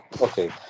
Okay